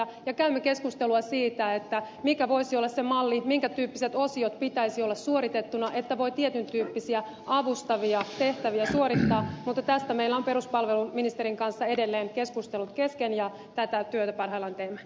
ja käymme keskustelua siitä mikä voisi olla se malli minkä tyyppiset osiot pitäisi olla suoritettuina että voi tietyntyyppisiä avustavia tehtäviä suorittaa mutta tästä meillä on peruspalveluministerin kanssa edelleen keskustelut kesken ja tätä työtä parhaillaan teemme